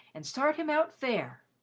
and start him out fair.